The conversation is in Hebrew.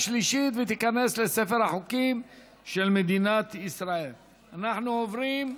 58 בעד, אין מתנגדים, אין נמנעים.